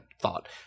thought